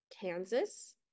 Kansas